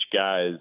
guys